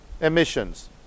emissions